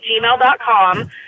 gmail.com